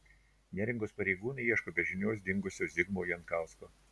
neringos pareigūnai ieško be žinios dingusio zigmo jankausko